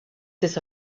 des